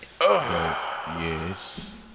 Yes